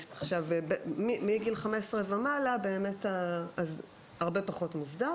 מגיל 15 ומעלה הרבה פחות מוסדר,